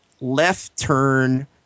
left-turn